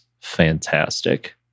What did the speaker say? fantastic